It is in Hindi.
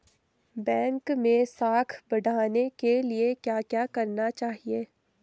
बैंक मैं साख बढ़ाने के लिए क्या क्या करना चाहिए?